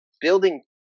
Building